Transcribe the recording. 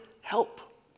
help